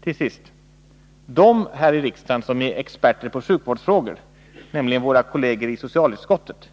Till sist: De här i riksdagen som är experter på sjukvårdsfrågor, nämligen våra kolleger i socialutskottet,